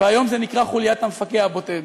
והיום זה נקרא חוליית המפגע הבודד.